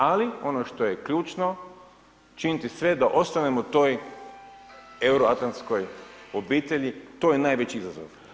Ali ono što je ključno činiti sve da ostanemo u toj euroatlanskoj obitelji to je najveći izazov.